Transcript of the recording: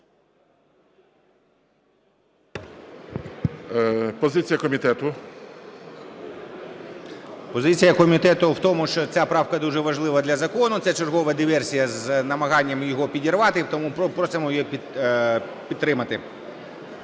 Позиція комітету в тому, що ця правка дуже важлива для закону, це чергова диверсія з намаганням його підірвати. Тому просимо її підтримати.